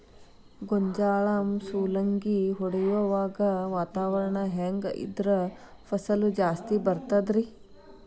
ಗೋಂಜಾಳ ಸುಲಂಗಿ ಹೊಡೆಯುವಾಗ ವಾತಾವರಣ ಹೆಂಗ್ ಇದ್ದರ ಫಸಲು ಜಾಸ್ತಿ ಬರತದ ರಿ?